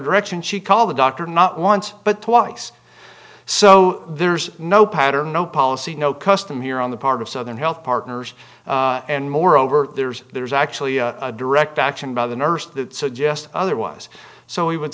direction she call the doctor not once but twice so there's no pattern no policy no custom here on the part of southern health partners and moreover there's there's actually a direct action by the nurse that suggest otherwise so we would